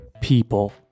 people